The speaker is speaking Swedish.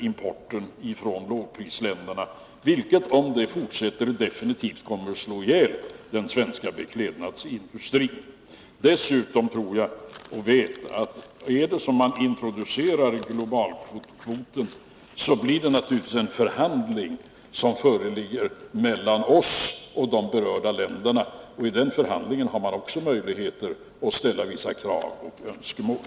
Om den nuvarande utvecklingen fortsätter, kommer den definitivt att slå ihjäl den svenska beklädnadsindustrin. Dessutom vet jag att det naturligtvis blir en förhandling mellan oss och de berörda länderna, om vi vill introducera globalkvoter. I den förhandlingen har man också möjligheter att ställa vissa krav och framföra önskemål.